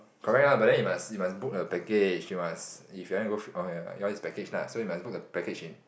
correct lah but then you must you must book a package you must if you wanna go fr~ orh yours is package lah so you must book your package in